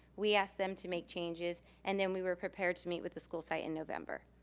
we asked them to make changes and then we were prepared to meet with the school site in november.